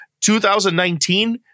2019